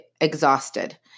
exhausted